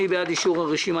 מי בעד אישור הרשימה?